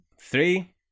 three